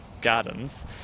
gardens